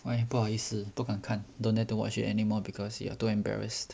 why 不好意思不敢看 don't dare to watch it anymore because you are too embarrassed